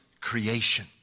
creation